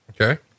Okay